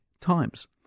times